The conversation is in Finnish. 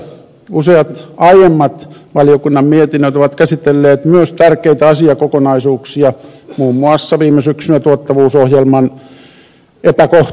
useat aiemmat valiokunnan mietinnöt ovat käsitelleet myös tärkeitä asiakokonaisuuksia muun muassa viime syksynä tuottavuusohjelman epäkohtia